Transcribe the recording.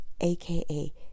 aka